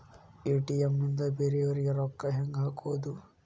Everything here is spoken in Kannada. ಎ.ಟಿ.ಎಂ ನಿಂದ ಬೇರೆಯವರಿಗೆ ರೊಕ್ಕ ಹೆಂಗ್ ಹಾಕೋದು?